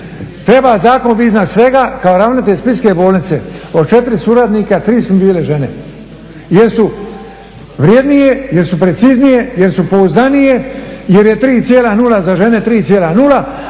Treba zakon biti iznad svega. Kao ravnatelj splitske bolnice od 4 suradnika 3 su bile žene. Jer su vrjednije, jer su preciznije, jer su pouzdanije jer je 3,0 za žene, 3,0